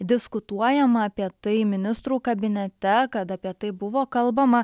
diskutuojama apie tai ministrų kabinete kad apie tai buvo kalbama